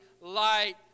light